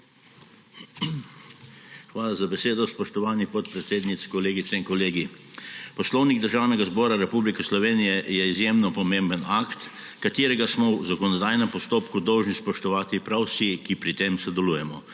Hvala za besedo, spoštovani podpredsednik. Kolegice in kolegi! Poslovnik Državnega zbora Republike Slovenije je izjemno pomemben akt, ki smo ga v zakonodajnem postopku dolžni spoštovati prav vsi, ki pri tem sodelujemo